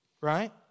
right